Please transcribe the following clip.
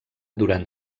durant